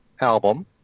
album